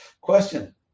question